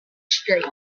straight